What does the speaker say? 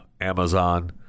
Amazon